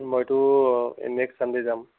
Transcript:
মইতো next Sunday যাম